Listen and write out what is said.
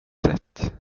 sätt